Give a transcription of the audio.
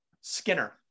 skinner